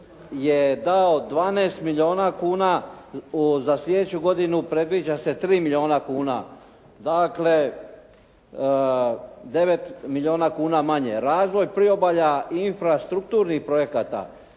je dao 12 milijuna kuna, za sljedeću godinu predviđa se 3 milijuna kuna, dakle 9 milijuna kuna manje. Razvoj priobalja i infrastrukturnih projekata